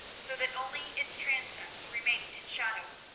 so that only its transepts remained in shadow.